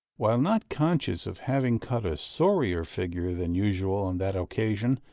while not conscious of having cut a sorrier figure than usual on that occasion,